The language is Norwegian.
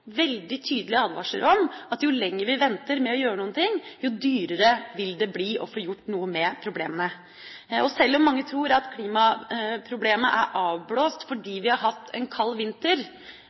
veldig tydelige advarsler om at jo lenger vi venter med å gjøre noe, jo dyrere vil det bli å få gjort noe med problemene. Sjøl om mange tror at klimaproblemet er avblåst fordi vi har hatt en kald vinter,